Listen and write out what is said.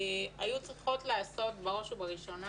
היו צריכות לעשות בראש ובראשונה